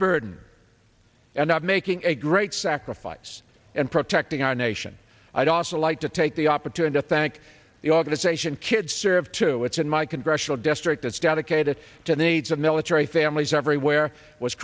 burden and not making a great sacrifice and protecting our nation i'd also like to take the opportunity to thank the organization kids serve to it's in my congressional district that's got to cater to the needs of military families everywhere was